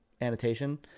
annotation